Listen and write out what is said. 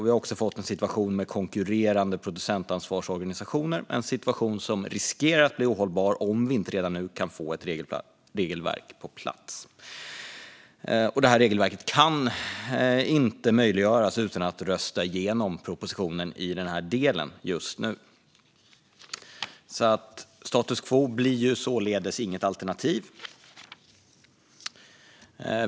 Vi har också fått en situation med konkurrerande producentansvarsorganisationer, en situation som riskerar att bli ohållbar om vi inte redan nu kan få ett regelverk på plats. Detta regelverk kan inte möjliggöras nu utan att vi röstar igenom propositionen i den här delen. Status quo blir således inget alternativ.